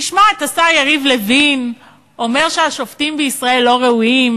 נשמע את השר יריב לוין אומר שהשופטים בישראל לא ראויים,